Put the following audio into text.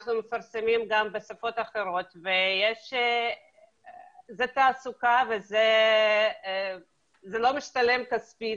אנחנו מפרסמים גם בשפות אחרות וזו תעסוקה וזה לא משתלם כספית,